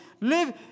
live